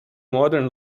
modern